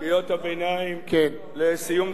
לסיום דברי הלא-קצרים.